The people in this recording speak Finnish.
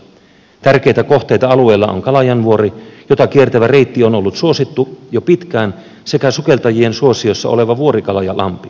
tärkeitä kohteita alueella on kalajanvuori jota kiertävä reitti on ollut suosittu jo pitkään sekä sukeltajien suosiossa oleva vuori kalajan lampi